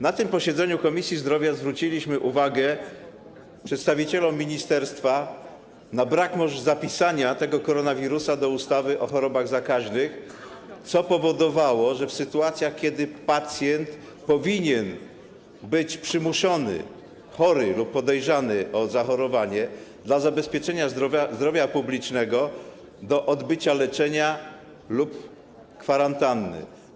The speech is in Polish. Na tym posiedzeniu Komisji Zdrowia zwróciliśmy uwagę przedstawicieli ministerstwa na niezapisanie koronawirusa w ustawie o chorobach zakaźnych, co powodowało, że w sytuacjach, kiedy pacjent powinien być przymuszony, chory lub podejrzany o zachorowanie, dla zabezpieczenia zdrowia publicznego, do odbycia leczenia lub kwarantanny.